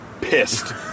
pissed